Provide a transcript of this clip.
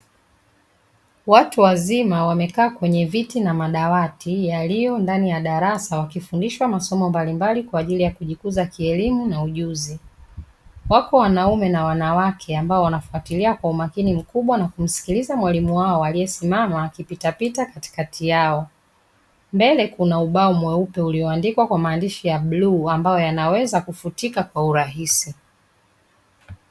Watu wazima wamekaa kwenye viti na madawati; yaliyo ndani ya darasa, wakifundishwa masomo mbalimbali kwa ajili ya kujikuza kielimu na ujuzi. Wako wanaume na wanawake ambao wanafuatilia kwa umakini mkubwa na kumsikiliza mwalimu wao, aliyesimama akipitapita katikati yao. Mbele kuna ubao mweupe ulioandikwa kwa maandishi ya bluu ambayo yanaweza kufutika kwa urahisi.